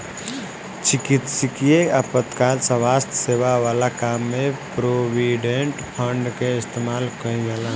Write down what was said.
चिकित्सकीय आपातकाल स्वास्थ्य सेवा वाला काम में प्रोविडेंट फंड के इस्तेमाल कईल जाला